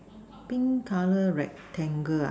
pink color rectangle ah